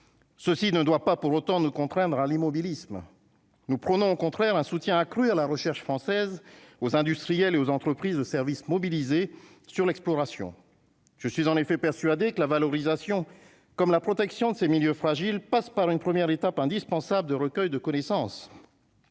ceci ne doit pas pour autant nous contraindre à l'immobilisme, nous prenons, au contraire, un soutien accru à la recherche française aux industriels et aux entreprises de service mobilisés sur l'exploration, je suis en effet persuadée que la valorisation, comme la protection de ces milieux fragiles passe par une première étape indispensable de recueil de connaissance,